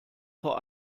vor